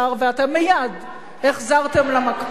ואתם מייד החזרתם למקפיא,